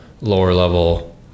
lower-level